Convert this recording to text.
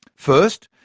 first,